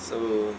so